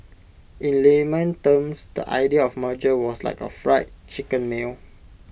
in layman terms the idea of merger was like A Fried Chicken meal